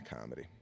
comedy